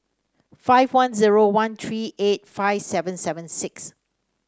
five one zero one three eight five seven seven six